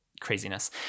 craziness